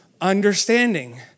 Understanding